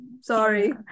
sorry